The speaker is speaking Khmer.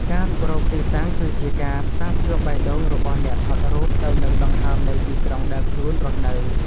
ការរុករកទីតាំងគឺជាការផ្សារភ្ជាប់បេះដូងរបស់អ្នកថតរូបទៅនឹងដង្ហើមនៃទីក្រុងដែលខ្លួនរស់នៅ។